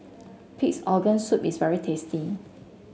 Pig's Organ Soup is very tasty